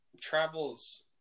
travels